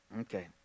Okay